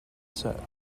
set